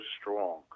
strong